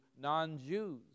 non-Jews